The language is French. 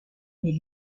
mais